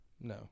No